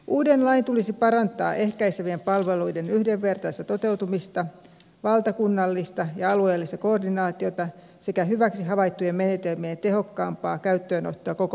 uuden lain tulisi parantaa ehkäisevien palvelujen yhdenvertaista toteutumista valtakunnallista ja alueellista koordinaatiota sekä hyviksi havaittujen menetelmien tehokkaampaa käyttöönottoa koko maassa